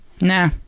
nah